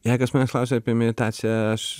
jei kas manęs klausia apie meditaciją aš